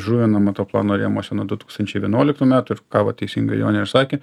žuvinama to plano rėmuose nuo du tūkstančiai vienuoliktų metų ir ką vat teisingai jonė ir sakė